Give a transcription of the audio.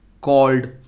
called